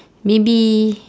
maybe